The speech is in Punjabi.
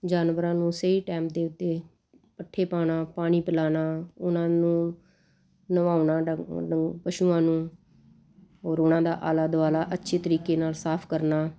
ਜਾਨਵਰਾਂ ਨੂੰ ਸਹੀ ਟਾਈਮ ਦੇ ਉੱਤੇ ਪੱਠੇ ਪਾਉਣਾ ਪਾਣੀ ਪਿਲਾਉਣਾ ਉਹਨਾਂ ਨੂੰ ਨਵਾਉਣਾ ਡੰਗ ਪਸ਼ੂਆਂ ਨੂੰ ਔਰ ਉਹਨਾਂ ਦਾ ਆਲਾ ਦੁਆਲਾ ਅੱਛੀ ਤਰੀਕੇ ਨਾਲ ਸਾਫ਼ ਕਰਨਾ